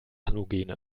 halogene